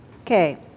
Okay